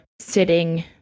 sitting